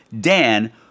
Dan